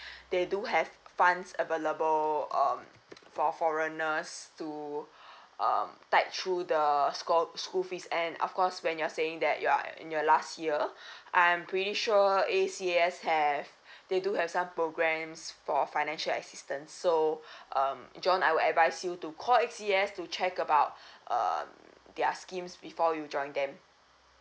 they do have funds available um for foreigners to um tight through the sco~ school fees and of course when you're saying that you are in your last year I'm pretty sure A_C_S have they do have some programs for financial assistance so um john I will advise to call A_C_S to check about um their schemes before you join them